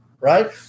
right